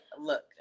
look